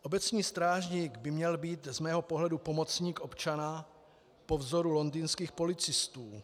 Obecní strážník by měl být z mého pohledu pomocník občana po vzoru londýnských policistů.